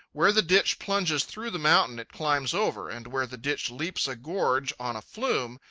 where the ditch plunges through the mountain, it climbs over and where the ditch leaps a gorge on a flume,